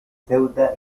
ceuta